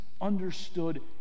understood